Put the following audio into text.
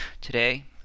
Today